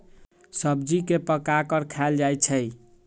सब्जी के पकाकर खायल जा हई